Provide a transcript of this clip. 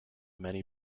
many